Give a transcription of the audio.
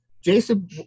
Jason